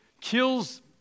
kills